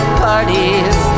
parties